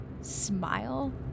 smile